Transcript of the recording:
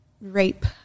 rape